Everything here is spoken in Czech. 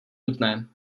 nutné